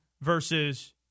versus